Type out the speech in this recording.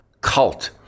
cult